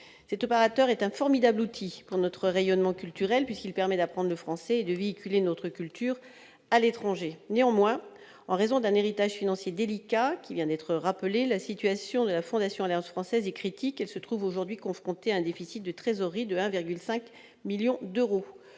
Cet opérateur est un formidable outil pour notre rayonnement culturel, puisqu'il permet d'enseigner le français et de véhiculer notre culture à l'étranger. Néanmoins, en raison d'un héritage financier délicat, qui vient d'être rappelé, la situation de la Fondation Alliance française est critique : elle se trouve aujourd'hui confrontée à un déficit de trésorerie de 1,5 million d'euros.